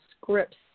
scripts